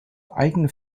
eigene